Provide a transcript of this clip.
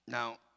Now